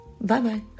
Bye-bye